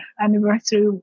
anniversary